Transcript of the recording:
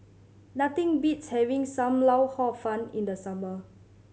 nothing beats having Sam Lau Hor Fun in the summer